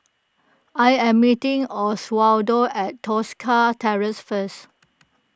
I am meeting Oswaldo at Tosca Terrace first